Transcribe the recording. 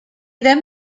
then